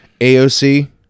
AOC